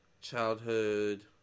Childhood